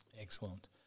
Excellent